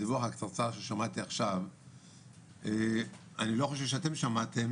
בדיווח הקצרצר ששמעתי עכשיו אני לא חושב שאתם שמעתם